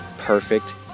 Perfect